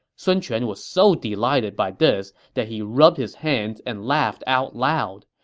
sun quan was so delighted by this that he rubbed his hands and laughed out loud.